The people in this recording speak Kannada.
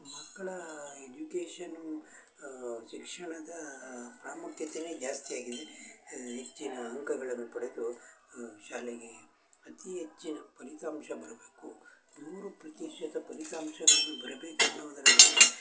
ಮಕ್ಕಳ ಎಜುಕೇಶನು ಶಿಕ್ಷಣದ ಪ್ರಾಮುಖ್ಯತೆನೇ ಜಾಸ್ತಿಯಾಗಿದೆ ಹೆಚ್ಚಿನ ಅಂಕಗಳನ್ನು ಪಡೆದು ಶಾಲೆಗೆ ಅತಿ ಹೆಚ್ಚಿನ ಫಲಿತಾಂಶ ಬರಬೇಕು ನೂರು ಪ್ರತಿಶತ ಫಲಿತಾಂಶಗಳು ಬರಬೇಕು ಅನ್ನುವುದರಲ್ಲಿ